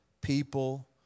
people